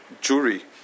jury